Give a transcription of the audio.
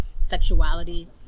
sexuality